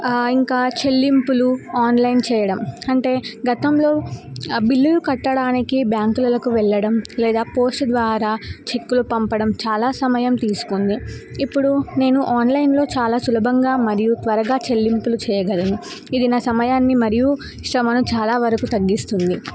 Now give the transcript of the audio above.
ఇంకా చెల్లింపులు ఆన్లైన్ చేయడం అంటే గతంలో బిల్లు కట్టడానికి బ్యాంకులకు వెళ్ళడం లేదా పోస్ట్ ద్వారా చెక్కులు పంపడం చాలా సమయం తీసుకుంది ఇప్పుడు నేను ఆన్లైన్లో చాలా సులభంగా మరియు త్వరగా చెల్లింపులు చేయగలను ఇది నా సమయాన్ని మరియు శ్రమను చాలా వరకు తగ్గిస్తుంది